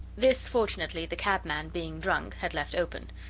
this, fortunately, the cabman, being drunk, had left open.